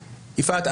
יפעת,